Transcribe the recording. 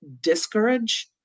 discourage